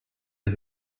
der